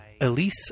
Elise